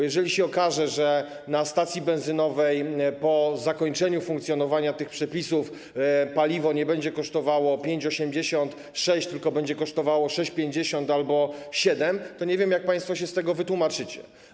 Jeżeli się okaże, że na stacji benzynowej po zakończeniu funkcjonowania tych przepisów paliwo nie będzie kosztowało 5,86, tylko będzie kosztowało 6,50 albo 7, to nie wiem, jak państwo się z tego wytłumaczycie.